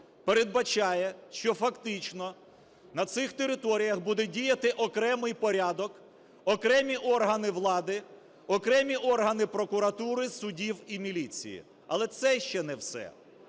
передбачає, що фактично на цих територіях буде діяти окремий порядок, окремі органи влади, окремі органи прокуратури, судів і міліції. Але й це ще не все.